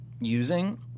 using